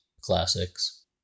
classics